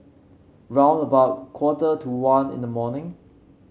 round about quarter to one in the morning